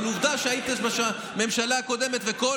אבל עובדה שהיית בממשלה הקודמת ועם כל